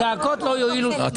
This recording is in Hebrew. הצעקות לא יועילו שום דבר.